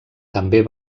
també